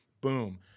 Boom